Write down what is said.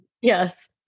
Yes